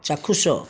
ଚାକ୍ଷୁସ